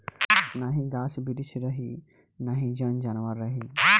नाही गाछ बिरिछ रही नाही जन जानवर रही